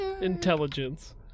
Intelligence